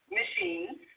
machines